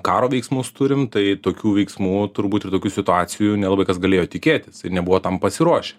karo veiksmus turim tai tokių veiksmų turbūt ir tokių situacijų nelabai kas galėjo tikėtis ir nebuvo tam pasiruošę